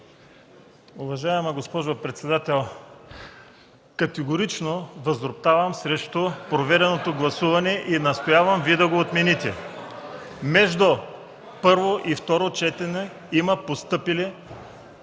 Уважаема госпожо председател, категорично възроптавам срещу проведеното гласуване и настоявам Вие да го отмените. Между първо и второ четене има постъпили